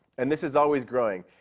and this is always growing.